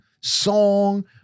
song